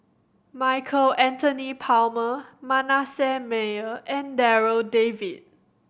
Michael Anthony Palmer Manasseh Meyer and Darryl David